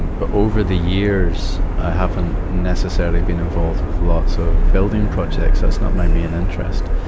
but over the years, i haven't necessarily been involved with lots of building projects that's not my main interest.